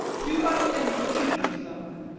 do but encave yourself,